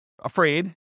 afraid